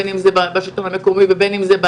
בין אם זה בשלטון המקומי ובין אם זה ב